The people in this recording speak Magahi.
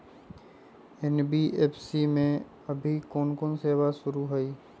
एन.बी.एफ.सी में अभी कोन कोन सेवा शुरु हई?